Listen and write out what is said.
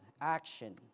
action